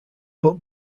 but